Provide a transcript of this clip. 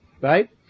right